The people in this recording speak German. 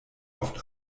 oft